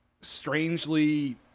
strangely